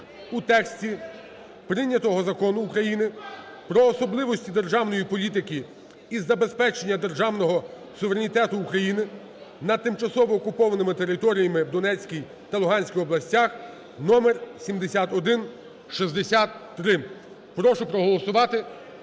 у тексті прийнятого Закону України "Про особливості державної політики із забезпечення державного суверенітету України над тимчасово окупованими територіями в Донецькій та Луганській областях" (№ 7163). Прошу проголосувати.